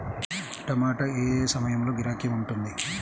టమాటా ఏ ఏ సమయంలో గిరాకీ ఉంటుంది?